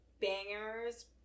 bangers